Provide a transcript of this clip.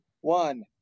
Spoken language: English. one